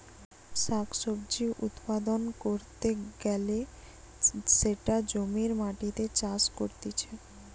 শাক সবজি উৎপাদন ক্যরতে গ্যালে সেটা জমির মাটিতে চাষ করতিছে